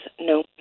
no